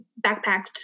backpacked